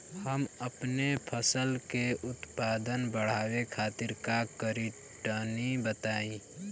हम अपने फसल के उत्पादन बड़ावे खातिर का करी टनी बताई?